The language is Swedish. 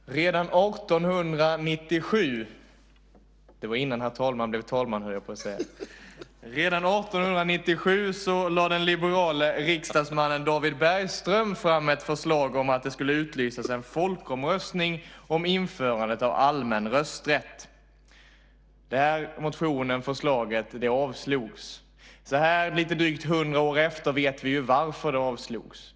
Herr talman! Redan 1897 - det var innan herr talman blev talman - lade den liberale riksdagsmannen David Bergström fram ett förslag om att det skulle utlysas en folkomröstning om införandet av allmän rösträtt. Detta förslag avslogs. Så här lite drygt 100 år efteråt vet vi varför det avslogs.